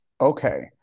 Okay